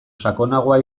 sakonagoa